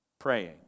Praying